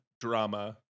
drama